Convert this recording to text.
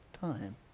time